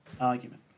argument